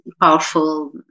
powerful